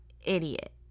idiot